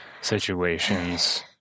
situations